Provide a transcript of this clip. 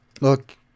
look